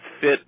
fit